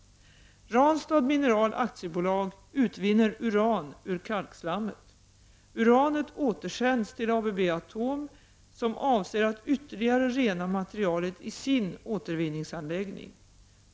Ranstad Mineral AB utvinner uran ur kalkslammet. Uranet återsänds till ABB Atom som avser att ytterligare rena materialet i sin återvinningsanläggning.